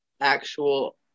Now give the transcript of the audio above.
actual